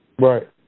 Right